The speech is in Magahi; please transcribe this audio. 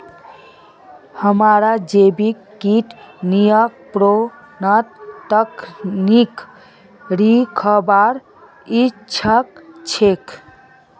हमाक जैविक कीट नियंत्रण तकनीक सीखवार इच्छा छ